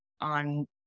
on